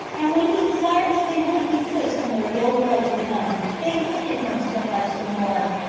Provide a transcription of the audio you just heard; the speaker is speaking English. and when he desired that they would desist from their ill-will to him, they hated him so much the more,